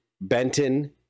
Benton